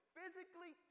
Physically